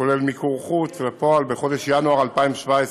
שכולל מיקור חוץ, בחודש ינואר 2017,